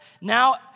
now